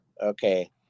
Okay